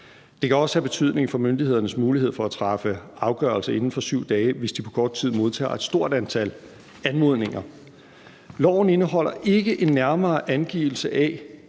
Det kan også have en betydning for myndighedernes mulighed for at træffe afgørelse inden for 7 dage, hvis de på kort tid modtager et stort antal anmodninger. Loven indeholder ikke en nærmere angivelse af,